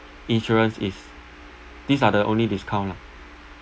insurance is these are the only discount lah